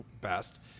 best